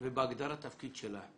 בהגדרת התפקיד שלה,